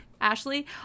Ashley